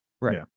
right